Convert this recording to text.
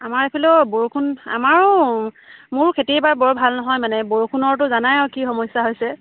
আমাৰ এইফালেও বৰষুণ আমাৰো মোৰ খেতি এইবাৰ বৰ ভাল নহয় মানে বৰষুণৰতো জানাই আৰু কি সমস্যা হৈছে